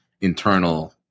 internal